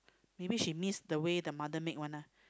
maybe she miss the way the mother make one ah